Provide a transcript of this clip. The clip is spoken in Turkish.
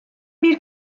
bir